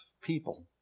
people